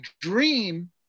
dream